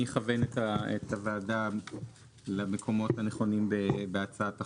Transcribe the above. אני אכוון את הוועדה למקומות הנכונים בהצעת החוק.